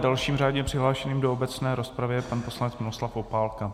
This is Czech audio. Dalším řádně přihlášeným do obecné rozpravy je pan poslanec Miroslav Opálka.